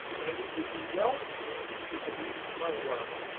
and it would be well for you if you believed my word.